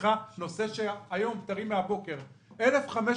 לפתחך נושא שטרי מהיום בבוקר 1,500